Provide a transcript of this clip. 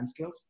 timescales